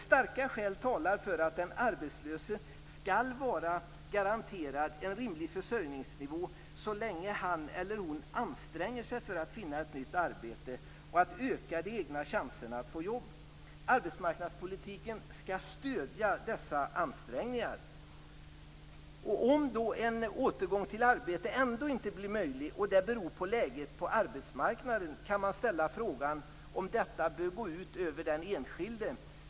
Starka skäl talar för att den arbetslöse skall vara garanterad en rimlig försörjningsnivå så länge han eller hon anstränger sig för att finna ett nytt arbete och att öka de egna chanserna att få jobb. Arbetsmarknadspolitiken skall stödja dessa ansträngningar. Om då en återgång till arbete ändå inte blir möjlig och det beror på läget på arbetsmarknaden kan man ställa frågan om detta bör gå ut över den enskilde.